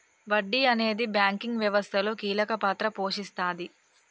వడ్డీ అనేది బ్యాంకింగ్ వ్యవస్థలో కీలక పాత్ర పోషిస్తాది